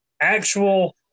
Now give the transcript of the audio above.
actual